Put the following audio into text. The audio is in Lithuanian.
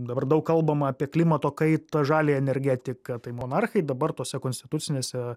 dabar daug kalbama apie klimato kaitą žaliąją energetiką tai monarchai dabar tose konstitucinėse